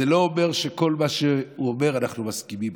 זה לא אומר שעל כל מה שהוא אומר אנחנו מסכימים,